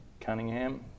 Cunningham